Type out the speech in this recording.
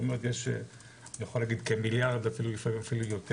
יש כמיליארד ואפילו יותר.